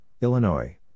Illinois